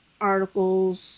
articles